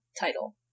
title